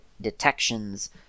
detections